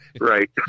right